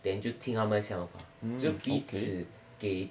then 就听他们想法就彼此给